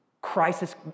crisis